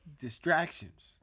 distractions